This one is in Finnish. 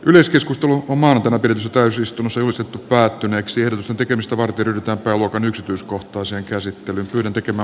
yleiskeskustelu kumartavat eli täysistunnossa julistettu päättyneeksi on tekemistä varten pitää pääluokan yksityiskohtaisen käsittelyn yhdentekevä